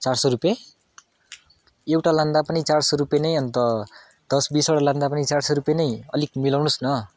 चार सय रुपियाँ एउटा लाँदा पनि चार सय रुपियाँ नै दस बिसवटा लाँदा पनि चार सय रुपियाँ नै अलिक मिलाउनुहोस् न